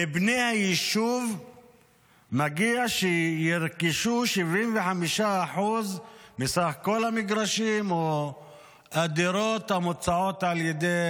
לבני היישוב מגיע שירכשו 75% מסך כל המגרשים או הדירות המוצעות על ידי